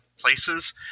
places